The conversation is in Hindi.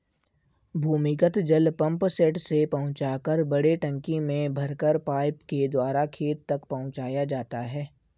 भूमिगत जल पम्पसेट से पहुँचाकर बड़े टंकी में भरकर पाइप के द्वारा खेत तक पहुँचाया जाता है